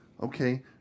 okay